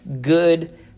Good